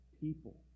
people